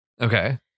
Okay